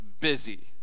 busy